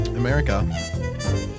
America